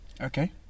Okay